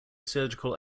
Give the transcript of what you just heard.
surgical